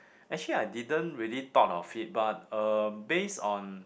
actually I didn't really thought of it but uh based on